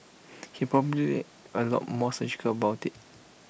he's probably A lot more surgical about IT